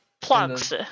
Plugs